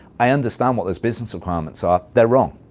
i understand what those business requirements are. they're wrong.